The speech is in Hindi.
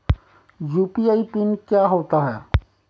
यु.पी.आई पिन क्या होता है?